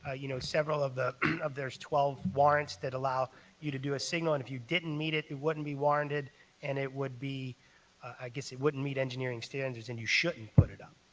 ah you know, several of the of the twelve warrants that allow you to do a signal, and if you didn't meet it, it wouldn't be warranted and it would be i guess it wouldn't meet engineering standards and you shouldn't put it up.